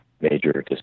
major